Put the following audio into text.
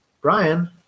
brian